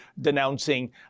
denouncing